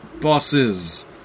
bosses